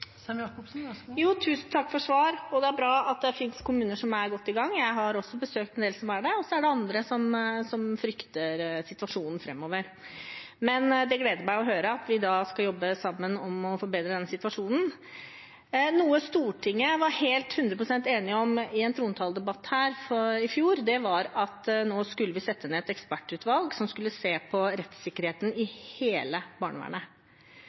Tusen takk for svaret. Det er bra at det finnes kommuner som er godt i gang. Jeg har også besøkt en del som er det, og så er det andre som frykter situasjonen framover. Det gleder meg å høre at vi da skal jobbe sammen om å forbedre denne situasjonen. Noe Stortinget var 100 pst. enige om i trontaledebatten i fjor, var at vi skulle sette ned et ekspertutvalg som skulle se på rettsikkerheten i hele barnevernet.